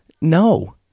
No